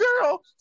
girl